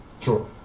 True